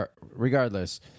Regardless